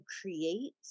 create